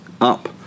up